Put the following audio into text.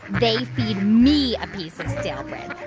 they feed me a piece of stale bread.